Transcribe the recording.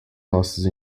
nossos